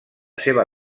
seva